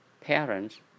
parents